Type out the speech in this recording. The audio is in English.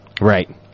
Right